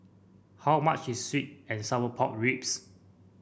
how much is sweet and Sour Pork Ribs